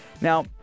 Now